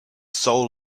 soul